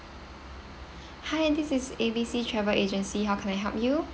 hi this is A B C travel agency how can I help you